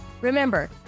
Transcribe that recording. Remember